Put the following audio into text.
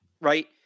right